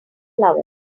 flowers